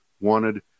wanted